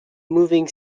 moving